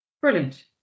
Brilliant